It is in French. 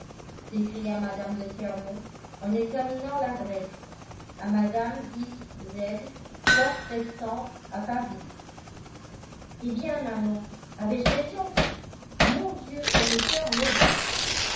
d'orbigny s'écria mme de fermont en examinant l'adresse à madame x z poste restante à paris eh bien maman avais-je raison mon dieu comme le coeur me bat